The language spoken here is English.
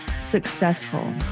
successful